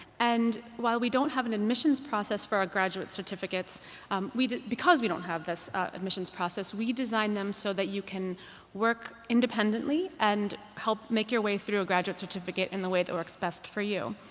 and while we don't have an admissions process for our graduate certificates um because we don't have this admissions process, we design them so that you can work independently and help make your way through a graduate certificate in the way that works best for you.